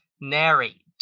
narrate